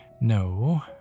No